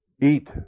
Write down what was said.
eat